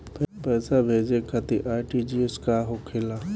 पैसा भेजे खातिर आर.टी.जी.एस का होखेला?